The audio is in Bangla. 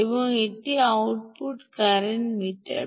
এবং এটি আউটপুট কারেন্ট মিটার